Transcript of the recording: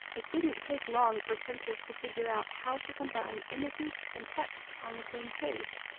it didn't take long for printers to figure out how to combine images and texts on the same page.